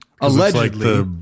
Allegedly